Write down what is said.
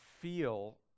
feel